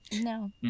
No